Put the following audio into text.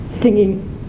singing